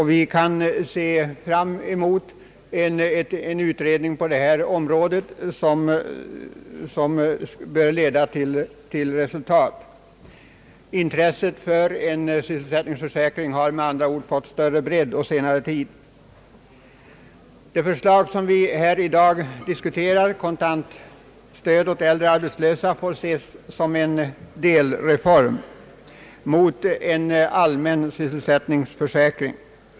Vi kan på detta område se fram emot en utredning, som bör leda till resultat. Intresset för en sysselsättningsförsäkring har fått större bredd på senare tid. Det förslag som vi i dag diskuterar — kontantstöd åt äldre arbetslösa — får ses som en delreform på vägen mot en allmän =<sysselsättningsförsäkring.